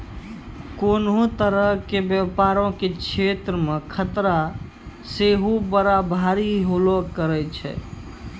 कोनो तरहो के व्यपारो के क्षेत्रो मे खतरा सेहो बड़ा भारी होलो करै छै